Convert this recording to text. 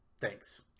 thanks